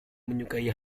menyukai